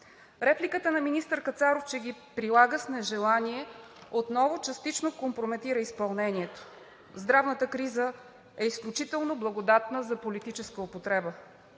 Репликата на министър Кацаров, че ги прилага с нежелание, отново частично компрометира изпълнението. Здравната криза е изключително благодатна за политическа употреба.